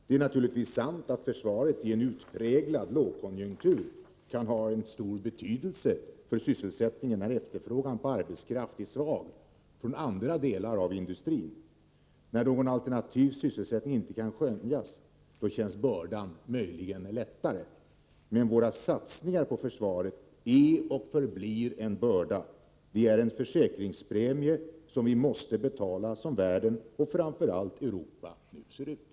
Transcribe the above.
Det är naturligtvis sant att försvaret i en utpräglad lågkonjunktur kan ha en stor betydelse för sysselsättningen, när efterfrågan på arbetskraft är svag från 17 andra delar av industrin. När någon alternativ sysselsättning inte kan skönjas känns bördan möjligen lättare, men våra satsningar på försvaret är och förblir en börda. Det är en försäkringspremie som vi måste betala, som världen och framför allt Europa nu ser ut.